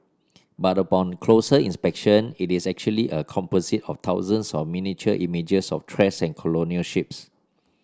but upon closer inspection it is actually a composite of thousands of miniature images of trash and colonial ships